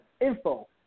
info